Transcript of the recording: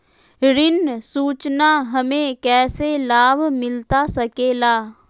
ऋण सूचना हमें कैसे लाभ मिलता सके ला?